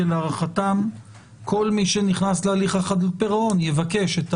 להערכתם כל מי שנכנס להליך חדלות פירעון יבקש.